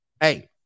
Hey